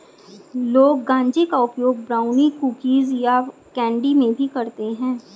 लोग गांजे का उपयोग ब्राउनी, कुकीज़ या कैंडी में भी करते है